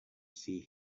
see